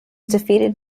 defeated